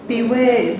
Beware